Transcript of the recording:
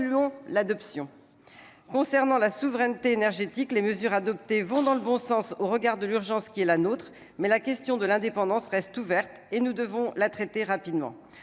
! Pour ce qui concerne notre souveraineté énergétique, les mesures adoptées vont dans le bon sens au regard de l'urgence qui est la nôtre, mais la question de notre indépendance reste entière, et nous devons la régler rapidement.